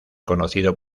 conocido